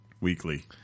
weekly